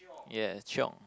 yeah chiong